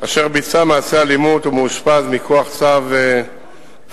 אשר ביצע מעשי אלימות ומאושפז מכוח צו בית-משפט,